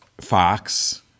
Fox